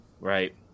right